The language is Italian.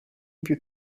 più